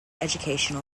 educational